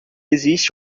existe